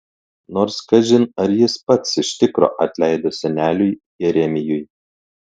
nors kažin ar jis pats iš tikro atleido seneliui jeremijui